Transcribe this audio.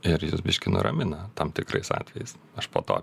ir jis biškį nuramina tam tikrais atvejais aš po to